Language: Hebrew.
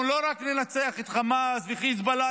לא רק ננצח את חמאס ואת חיזבאללה,